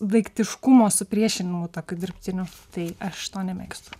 daiktiškumo supriešinimu tokiu dirbtiniu tai aš to nemėgstu